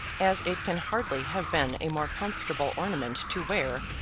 as it can hardly have been a more comfortable ornament to wear,